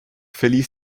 verließ